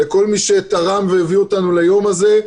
לכל מי שתרם והביא אותנו ליום הזה.